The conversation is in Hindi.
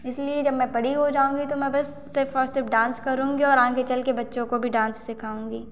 इसलिए जब मैं बड़ी हो जाऊँगी तो मैं बस सिर्फ और सिर्फ डांस करुँगी और आगे चलकर बच्चों को भी डांस सिखाऊँगी